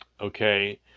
Okay